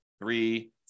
three